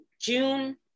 June